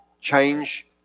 Change